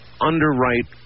underwrite